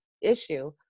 issue